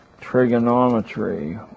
trigonometry